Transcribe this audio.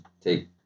take